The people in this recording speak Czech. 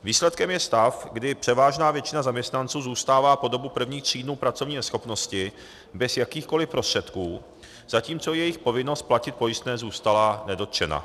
Výsledkem je stav, kdy převážná většina zaměstnanců zůstává po dobu prvních tří dnů v pracovní neschopnosti bez jakýchkoli prostředků, zatímco jejich povinnost platit pojistné zůstala nedotčena.